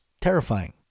terrifying